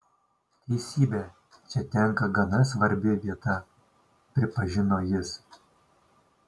teisybė čia tenka gana svarbi vieta pripažino jis